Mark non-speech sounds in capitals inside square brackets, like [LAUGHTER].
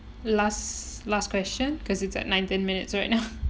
last last question cause it's at nineteen minutes right now [LAUGHS]